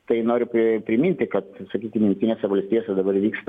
tai noriu priminti kad sakykim jungtinėse valstijose dabar vyksta